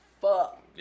fuck